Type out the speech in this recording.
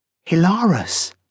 Hilarus